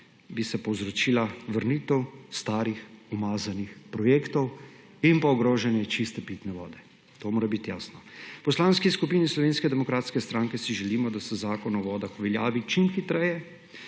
bi se povzročila vrnitev starih umazanih projektov in ogrožanje čiste pitne vode. To mora biti jasno. V Poslanski skupini Slovenske demokratske stranke si želimo, da se Zakon o vodah uveljavi čim hitreje,